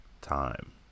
time